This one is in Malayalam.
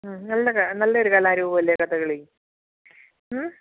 നല്ലതാണ് നല്ലൊരു കലാരൂപമല്ലേ കഥകളി മ്മ്